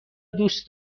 دوست